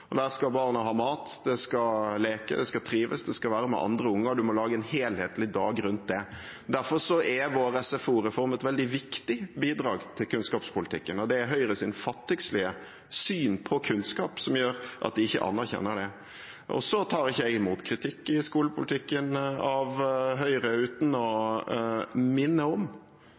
og der skal barnet ha mat, det skal leke, det skal trives, det skal være med andre unger. Man må lage en helhetlig dag rundt det. Derfor er vår SFO-reform et veldig viktig bidrag til kunnskapspolitikken, og det er Høyres fattigslige syn på kunnskap som gjør at de ikke anerkjenner det. Så tar ikke jeg imot kritikk i skolepolitikken fra Høyre uten å minne om